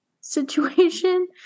situation